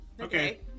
Okay